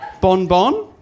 Bonbon